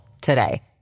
today